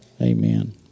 Amen